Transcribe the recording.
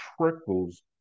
trickles